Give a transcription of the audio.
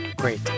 Great